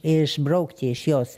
išbraukti iš jos